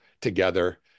together